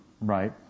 right